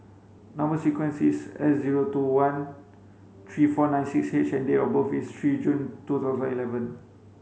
number sequence is S zero two one three four nine six H and date of birth is three June two thousand eleven